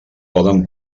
poden